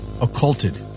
occulted